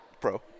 Pro